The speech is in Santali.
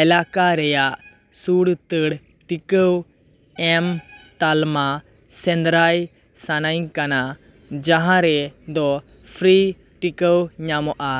ᱮᱞᱟᱠᱟ ᱨᱮᱭᱟᱜ ᱥᱩᱨ ᱩᱛᱟᱹᱨ ᱴᱤᱠᱟᱹ ᱮᱢ ᱛᱟᱞᱢᱟ ᱥᱮᱸᱫᱽᱨᱟᱭ ᱥᱟᱱᱟᱧ ᱠᱟᱱᱟ ᱡᱟᱦᱟᱸ ᱨᱮᱫᱚ ᱯᱷᱨᱤ ᱴᱤᱠᱟᱹ ᱧᱟᱢᱚᱜᱼᱟ